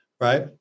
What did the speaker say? Right